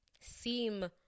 seem